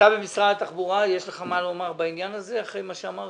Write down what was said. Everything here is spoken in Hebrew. מה העניין כאן?